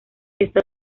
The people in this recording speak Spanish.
esto